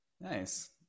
Nice